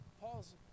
Paul's